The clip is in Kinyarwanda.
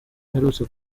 aherutse